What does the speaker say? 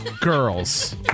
Girls